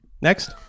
Next